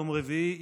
יום רביעי,